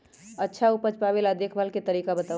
अच्छा उपज पावेला देखभाल के तरीका बताऊ?